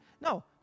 No